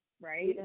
right